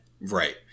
right